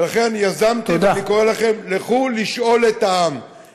ולכן יזמתי ואני קורא לכם: לכו לשאול את העם.